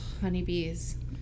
honeybees